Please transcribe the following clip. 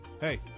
Hey